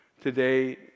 Today